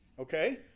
Okay